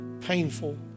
painful